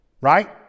right